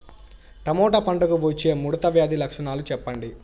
Tomato పంటకు వచ్చే ముడత వ్యాధి లక్షణాలు చెప్పండి?